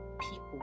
people